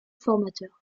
formateur